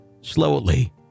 slowly